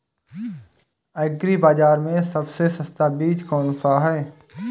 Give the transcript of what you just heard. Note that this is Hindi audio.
एग्री बाज़ार में सबसे सस्ता बीज कौनसा है?